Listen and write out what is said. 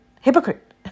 Hypocrite